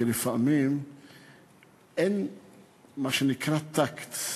כי לפעמים אין מה שנקרא טקט,